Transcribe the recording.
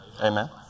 Amen